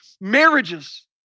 marriages